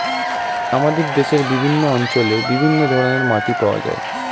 আমাদের দেশের বিভিন্ন অঞ্চলে বিভিন্ন ধরনের মাটি পাওয়া যায়